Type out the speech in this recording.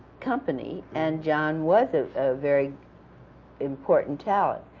company, and john was a very important talent.